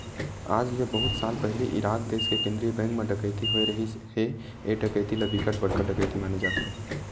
आज ले बहुत साल पहिली इराक देस के केंद्रीय बेंक म डकैती होए रिहिस हे ए डकैती ल बिकट बड़का डकैती माने जाथे